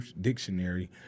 Dictionary